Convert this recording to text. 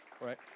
Right